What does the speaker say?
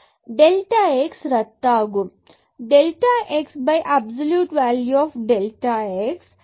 delta x ரத்தாகும் delta x more absolute value of delta x